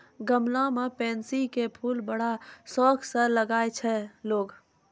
गमला मॅ पैन्सी के फूल बड़ा शौक स लगाय छै लोगॅ